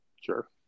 Sure